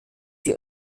die